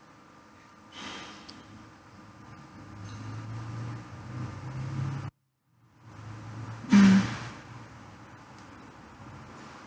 mm